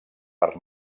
per